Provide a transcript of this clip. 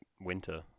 winter